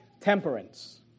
Temperance